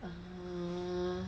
err